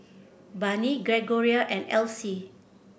Barney Gregoria and Alcee